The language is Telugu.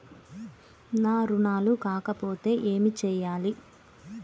నా రుణాలు కాకపోతే ఏమి చేయాలి?